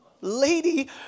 Lady